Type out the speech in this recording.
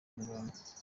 muganga